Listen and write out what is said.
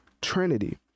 Trinity